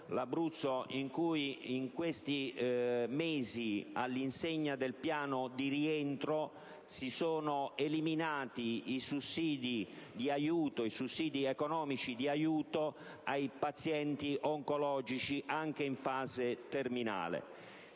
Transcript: in questi mesi, all'insegna del piano di rientro, sono stati eliminati i sussidi economici per aiutare i pazienti oncologici, anche in fase terminale.